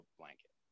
blanket